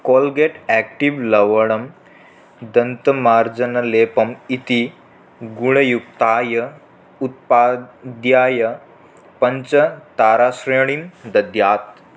Colgate active लवणं दन्तमार्जनलेपम् इति गुणयुक्ताय उत्पाद्याय पञ्चताराश्रेणीं दद्यात्